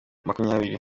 makumyabiri